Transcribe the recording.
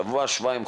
שבוע-שבועיים,